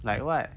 like what